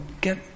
get